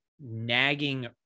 nagging